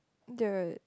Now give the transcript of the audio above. the